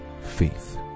faith